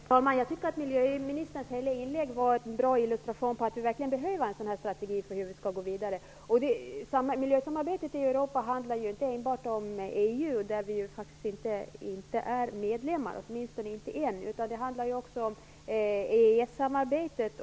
Herr talman! Jag tycker att miljöministerns inlägg rakt igenom bra illustrerar att vi verkligen behöver en strategi för hur vi skall gå vidare. Miljösamarbetet i Europa handlar ju inte enbart om EU, som vi faktiskt ännu inte är medlemmar av, utan också om EES-samarbetet.